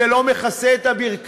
זה לא מכסה את הברכיים?